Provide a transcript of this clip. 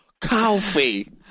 coffee